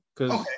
Okay